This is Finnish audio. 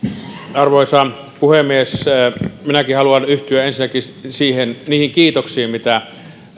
arvoisa puhemies minäkin haluan ensinnäkin yhtyä kiitoksiin siitä mitä